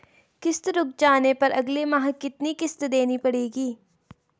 किश्त रुक जाने पर अगले माह कितनी किश्त देनी पड़ेगी?